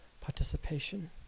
participation